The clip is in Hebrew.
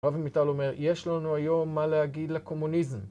רב מיטל אומר, יש לנו היום מה להגיד לקומוניזם.